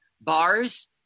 bars